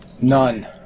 None